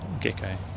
gecko